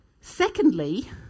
Secondly